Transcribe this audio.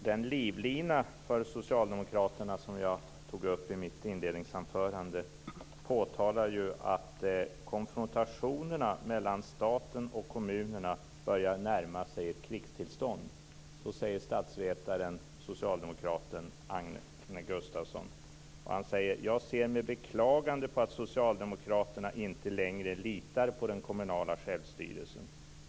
Den livlina för socialdemokraterna som jag tog upp i mitt inledningsanförande påtalar ju att konfrontationerna mellan staten och kommunerna börjar närma sig krigstillstånd. Så säger statsvetaren, socialdemokraten Agne Gustafsson: "Jag ser med beklagande på att socialdemokraterna inte längre litar på den kommunala självstyrelsen.